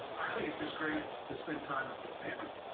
just great to spend time with the family,